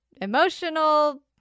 emotional